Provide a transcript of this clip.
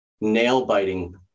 nail-biting